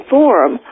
Forum